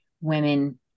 women